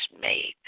made